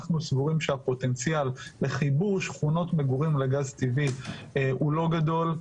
אנחנו סבורים שהפוטנציאל לחיבור שכונות מגורים לגז טבעי הוא לא גדול,